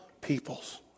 peoples